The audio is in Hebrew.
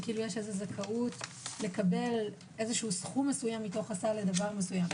זכאות לקבל סכום מסוים מתוך הסל לדבר מסוים.